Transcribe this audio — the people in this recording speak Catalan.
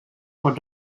pot